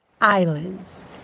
Islands